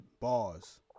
Bars